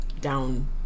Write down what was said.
down